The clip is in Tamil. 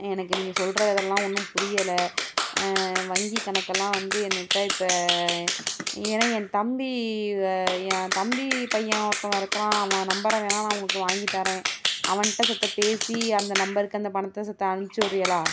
எனக்கு நீங்கள் சொல்கிறதெல்லாம் ஒன்றும் புரியலை வங்கி கணக்கெலாம் வந்து என்கிட்ட இப்போ நீ வேணால் என் தம்பி என் தம்பி பையன் ஒருத்தவன் இருக்கிறான் அவன் நம்பரை வேணால் நான் உங்களுக்கு வாங்கி தரேன் அவன்கிட்ட சித்த பேசி அந்த நம்பருக்கு அந்த பணத்தை சித்த அனுப்பிச்சு விடுகிறீகளா